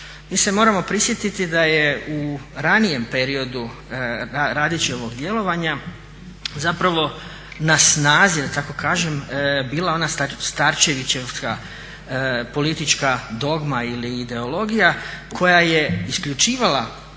Mi se moramo prisjetiti da je u ranijem periodu Radićevog djelovanja na snazi da tako kažem, bila ona starčevićevska politička dogma ili ideologija koja je isključivala